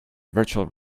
virtual